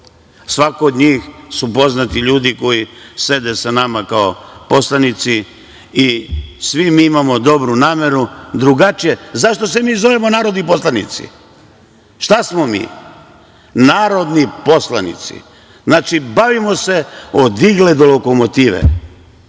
Svako od njih su poznati ljudi koji sede sa nama kao poslanici i svi mi imamo dobru nameru.Zašto se mi zovemo narodni poslanici? Šta smo mi? Narodni poslanici. Znači, bavimo se od igle do lokomotive.